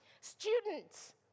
Students